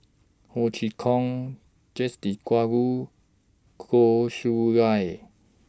Ho Chee Kong Jacques De Goh Chiew Lye